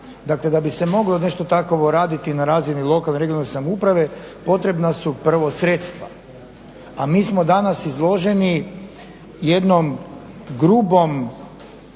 Dakle da bi se moglo nešto takvo raditi na razini lokalne, regionalne samouprave potrebna su prvo sredstva, a mi smo danas izloženi jednom grubom